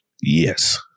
Yes